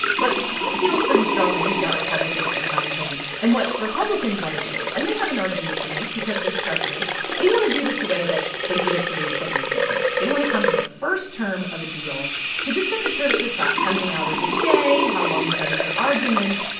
but he feels pretty strong that he's got republicans behind him. and what republicans want to do and they have an argument to make because there's precedent they want to do this the way that they did it for the clinton impeachment. they want to come to the first term of a deal to just set the terms of the trial how many hours a day, how long you're going to hear arguments.